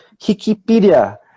Hikipedia